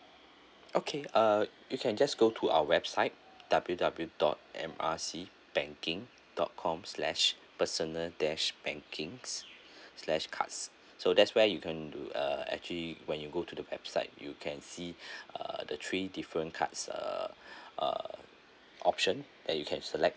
okay uh you can just go to our website W W dot M R C banking dot com slash personal dash bankings slash cards so that's where you can do uh actually when you go to the website you can see uh the three different cards uh uh option that you can select